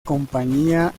compañía